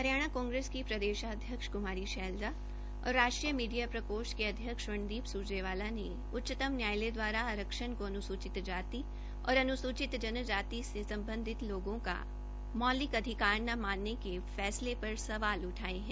हरियाणा कांग्रेस की प्रदेशाध्यक्ष कुमारी शैलजा और राष्ट्रीय मीडिया प्रकोष्ठ के अध्यक्ष रणदीप सुरजेवाला ने सर्वोच्च न्यायालय द्वारा आरक्षण को अनुसूचित जाति और अनुसूचित जन जाति से सम्बिधत लोगों का मौलिक अधिकार न मानने के फैसले पर सवाल उठाये है